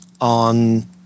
on